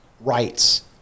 rights